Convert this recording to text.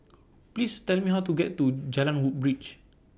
Please Tell Me How to get to Jalan Woodbridge